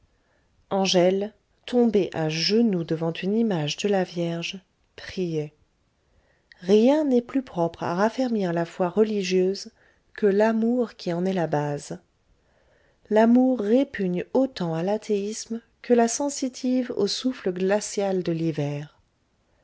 angèle tombée à genoux devant une image de la vierge priait rien n'est plus propre à raffermir la foi religieuse que l'amour qui en est la base l'amour répugne autant à l'athéisme que la sensitive au souffle glacial de l'hiver